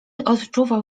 odczuwał